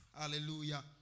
Hallelujah